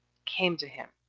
came to him